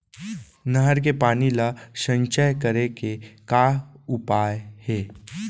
नहर के पानी ला संचय करे के का उपाय हे?